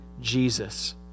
Jesus